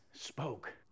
spoke